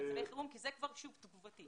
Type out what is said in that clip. זה תגובתי.